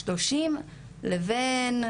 שזה 30 ₪ לבין,